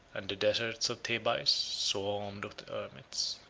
and the deserts of thebais swarmed with hermits.